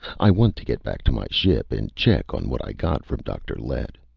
i want to get back to my ship and check on what i got from dr. lett.